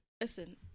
Listen